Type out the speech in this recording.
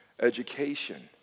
education